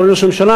אדוני ראש הממשלה,